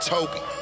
Toby